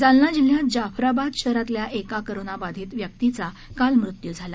जालना जिल्ह्यात जाफराबाद शहरातल्या एका कोरोना बाधित व्यक्तीचा काल मृत्यू झाला